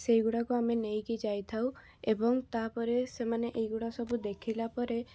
ସେଇଗୁଡ଼ାକ ଆମେ ନେଇକି ଯାଇଥାଉ ଏବଂ ତାପରେ ସେମାନେ ଏଇଗୁଡ଼ା ସବୁ ଦେଖିଲା ପରେ